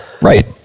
Right